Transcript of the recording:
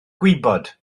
gwybod